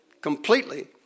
completely